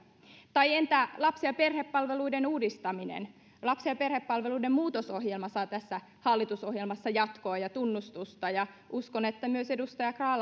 tai entä lapsi ja perhepalveluiden uudistaminen lapsi ja perhepalveluiden muutosohjelma saa tässä hallitusohjelmassa jatkoa ja tunnustusta ja uskon että myös edustaja grahn